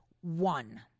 one